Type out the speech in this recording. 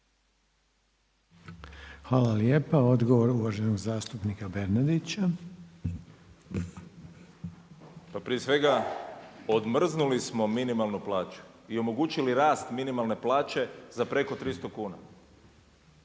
Hvala lijepa. Odgovor uvaženog zastupnika Bernardića. **Bernardić, Davor (SDP)** Pa prije svega odmrznuli smo minimalnu plaću i omogućili rast minimalne plaće za preko 300 kuna